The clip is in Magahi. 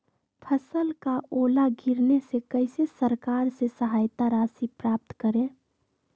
फसल का ओला गिरने से कैसे सरकार से सहायता राशि प्राप्त करें?